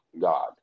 god